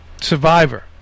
survivor